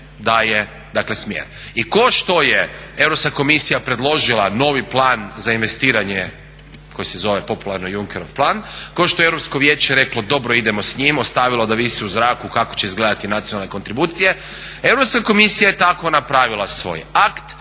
daje smjer. I kao što je Europska komisija novi plan za investiranje koji se zove popularno Junckerov plan, kao što je Europsko vijeće reklo dobro idemo s njim, ostavilo da visi u zraku kako će izgledati nacionalne kontribucije, Europska komisija je tako napravila svoj akt,